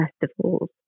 Festivals